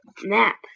map